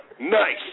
Nice